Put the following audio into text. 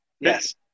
Yes